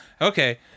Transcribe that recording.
Okay